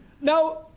Now